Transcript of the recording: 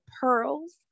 Pearls